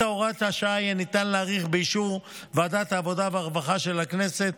את הוראת השעה יהיה ניתן להאריך באישור ועדת העבודה והרווחה של הכנסת